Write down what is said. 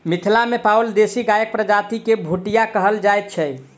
मिथिला मे पाओल देशी गायक प्रजाति के भुटिया कहल जाइत छै